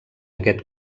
aquest